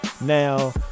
now